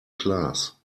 class